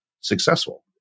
successful